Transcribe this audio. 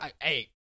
Hey